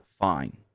fine